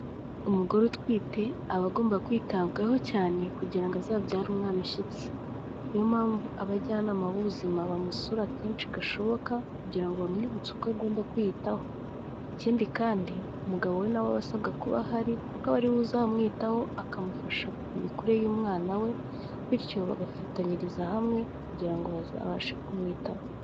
Umugore utwite aba agomba kwitabwaho cyane kugira ngo azabyare umwana ushyitse, niyo mpamvu abajyanama b'ubuzima bamusura kenshi gashoboka kugira ngo bamwibutse uko agomba kwiyitaho, ikindi kandi umugabo we nawe aba asabwa kuba ahari kuko ari we uba uzamwitaho akamufasha mu mikurire y'umwana we bityo bagafatanyiriza hamwe kugira ngo bazabashe kumwitaho.